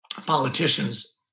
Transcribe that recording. politicians